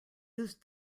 used